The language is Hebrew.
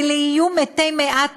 ואלו יהיו מתי מעט,